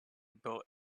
built